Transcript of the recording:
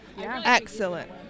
Excellent